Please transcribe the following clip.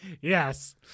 yes